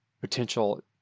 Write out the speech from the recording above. potential